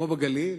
כמו בגליל,